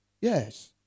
yes